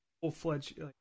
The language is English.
full-fledged